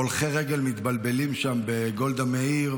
הולכי רגל מתבלבלים שם בגולדה מאיר,